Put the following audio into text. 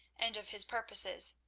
and of his purposes.